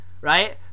right